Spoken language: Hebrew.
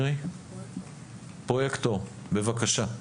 פרויקטור, בבקשה.